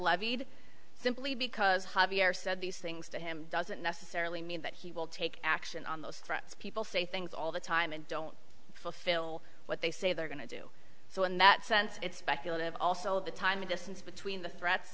levied simply because javier said these things to him doesn't necessarily mean that he will take action on those threats people say things all the time and don't fulfill what they say they're going to do so in that sense it's speculative also the time distance between the threats